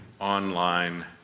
online